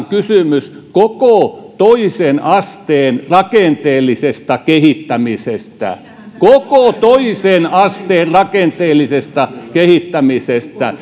kysymys koko toisen asteen rakenteellisesta kehittämisestä siis koko toisen asteen rakenteellisesta kehittämisestä